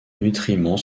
nutriments